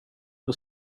hur